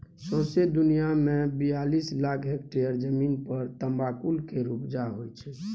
सौंसे दुनियाँ मे बियालीस लाख हेक्टेयर जमीन पर तमाकुल केर उपजा होइ छै